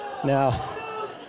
Now